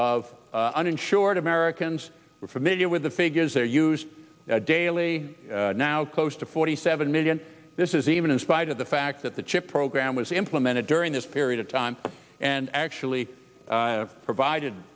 of uninsured americans are familiar with the figures they use daily now close to forty seven million this is even in spite of the fact that the chip program was implemented during this period of time and actually provided